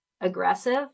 aggressive